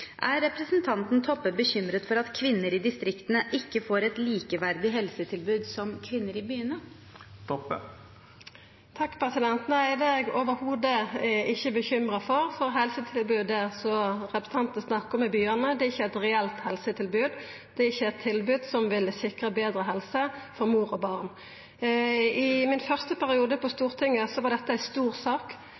Er representanten Toppe bekymret for at kvinner i distriktene ikke får et likeverdig helsetilbud som kvinner i byene? Nei, det er eg ikkje i det heile bekymra for, for helsetilbodet i byane som representanten snakkar om, er ikkje eit reelt helsetilbod. Det er ikkje eit tilbod som vil sikra betre helse for mor og barn. I den første perioden min på Stortinget var dette ei stor sak.